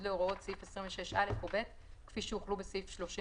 להוראות סעיף 26(א) או (ב) כפי שהוחלו בסעיף 30,